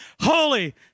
holy